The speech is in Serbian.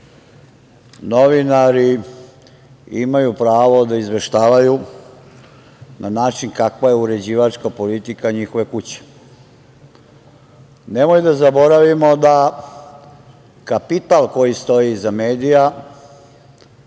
novinari imaju pravo da izveštavaju na način kakva je uređivačka politika njihove kuće. Nemoj da zaboravimo da kapital koji stoji iza medija,